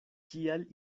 kial